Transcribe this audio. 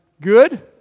good